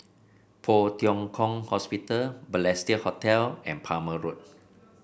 Poh Tiong Kiong Hospital Balestier Hotel and Palmer Road